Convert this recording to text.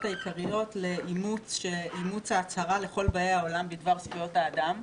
העיקריות לאימוץ ההצהרה לכל באי העולם בדבר זכויות האדם.